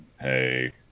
hey